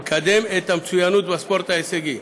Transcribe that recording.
לקדם את המצוינות בספורט ההישגי,